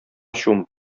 чумып